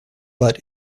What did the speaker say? but